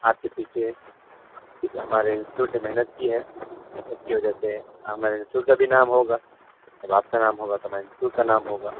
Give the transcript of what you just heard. آپ کے پیچھے ہمارے انسٹیٹیوٹ نے محنت کی ہے اس کی وجہ سے ہمارے انسٹیٹیوٹ کا بھی نام ہوگا جب آپ کا نام ہوگا تو ہمارے انسٹیٹیوٹ کا نام ہوگا